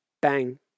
Bang